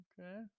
Okay